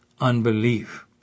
unbelief